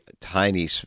tiny